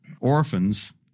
orphans